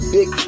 Big